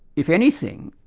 if anything,